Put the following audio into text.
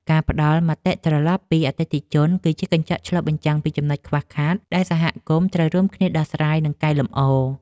ការផ្ដល់មតិត្រឡប់ពីអតិថិជន គឺជាកញ្ចក់ឆ្លុះបញ្ចាំងពីចំណុចខ្វះខាតដែលសហគមន៍ត្រូវរួមគ្នាដោះស្រាយ និងកែលម្អ។